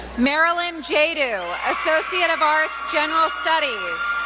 marilyn gyedu, associate of arts, general studies.